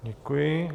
Děkuji.